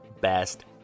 best